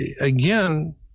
again